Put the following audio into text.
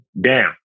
down